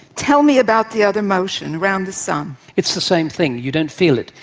tell me about the other motion, around the sun. it's the same thing. you don't feel it,